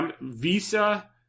Visa